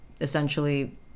essentially